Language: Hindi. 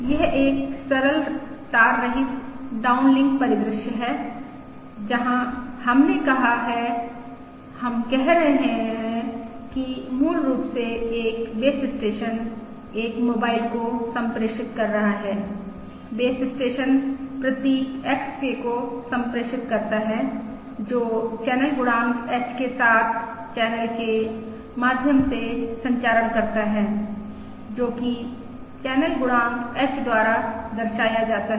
यह एक सरल तार रहित डाउनलिंक परिदृश्य है जहां हमने कहा है हम कह रहे हैं कि मूल रूप से एक बेस स्टेशन एक मोबाइल को सम्प्रेषित कर रहा है बेस स्टेशन प्रतीक XK को सम्प्रेषित करता है जो चैनल गुणांक H के साथ चैनल के माध्यम से संचारण करता है जो कि चैनल गुणांक H द्वारा दर्शाया जाता है